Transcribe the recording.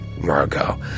Margot